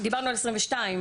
דיברנו על 2022?